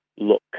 look